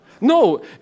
No